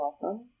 Welcome